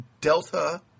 delta